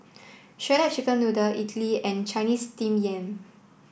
Shredded Chicken Noodles Idly and Chinese Steamed Yam